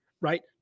right